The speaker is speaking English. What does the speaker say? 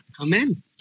Amen